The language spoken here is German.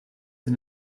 den